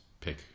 pick